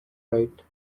right